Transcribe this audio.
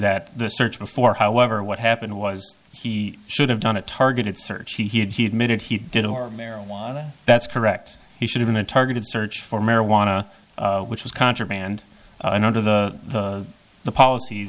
that the search before however what happened was he should have done a targeted search he had he admitted he did or marijuana that's correct he should have been targeted search for marijuana which was contraband and under the the policies